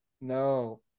No